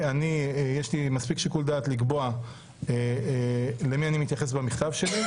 יש לי מספיק שיקול דעת לקבוע למי אני מתייחס במכתב שלי.